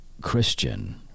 Christian